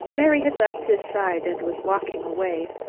mary had left his side and was walking away.